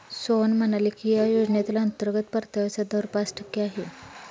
सोहन म्हणाले की या योजनेतील अंतर्गत परताव्याचा दर पाच टक्के आहे